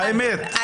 זו האמת,